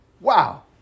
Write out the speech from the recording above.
Wow